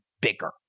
bigger